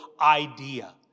idea